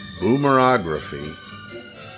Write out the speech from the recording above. boomerography